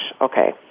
okay